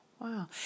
Wow